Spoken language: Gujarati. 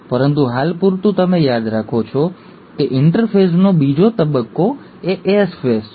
પરંતુ હાલ પૂરતું તમે યાદ રાખો છો કે ઇન્ટરફેઝનો બીજો તબક્કો એ S ફેઝ છે